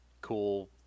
cool